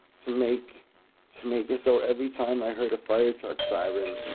to make to make it so every time i heard a fire truck siren,